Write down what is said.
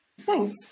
Thanks